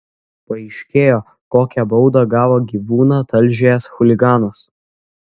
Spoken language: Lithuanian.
paaiškėjo kokią baudą gavo gyvūną talžęs chuliganas